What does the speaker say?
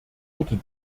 wurde